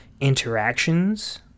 interactions